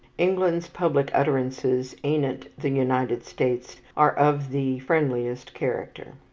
england's public utterances anent the united states are of the friendliest character.